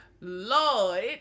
Lord